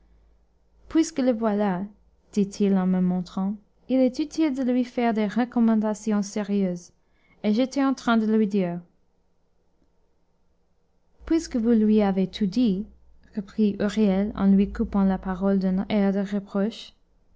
puisque le voilà dit-il en me montrant il est utile de lui faire des recommandations sérieuses et j'étais en train de lui dire puisque vous lui avez tout dit reprit huriel en lui coupant la parole d'un air de reproche